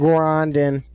Grinding